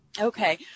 Okay